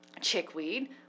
chickweed